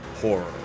horror